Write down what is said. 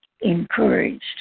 encouraged